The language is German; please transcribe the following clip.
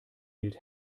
hielt